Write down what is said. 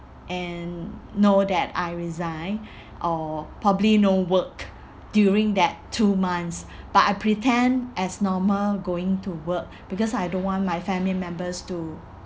and know that I resign or probably no work during that two months but I pretend as normal going to work because I don't want my family members to